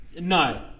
No